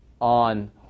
on